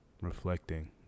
reflecting